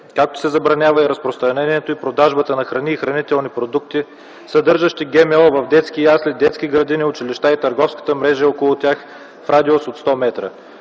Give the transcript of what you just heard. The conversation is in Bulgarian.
както и се забранява разпространението и продажбата на храни и хранителни продукти, съдържащи ГМО в детски ясли, детски градини, училища и търговската мрежа около тях (в радиус от 100 метра).